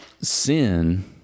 Sin